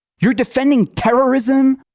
you're defending terrorism?